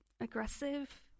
aggressive